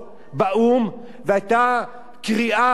והיתה קריאה של כולם